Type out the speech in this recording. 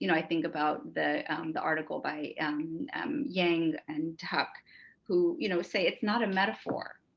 you know i think about the the article by um yang and tuck who, you know say it's not a metaphor,